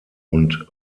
und